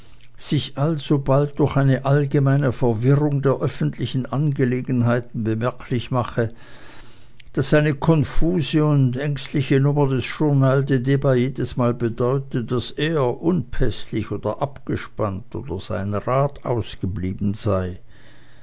sich alsobald durch eine allgemeine verwirrung der öffentlichen angelegenheiten bemerklich mache daß eine konfuse und ängstliche nummer des journal des dbats jedesmal bedeute daß er unpäßlich oder abgespannt und sein rat ausgeblieben sei